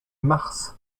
mars